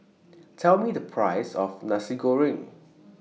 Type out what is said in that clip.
Tell Me The Price of Nasi Goreng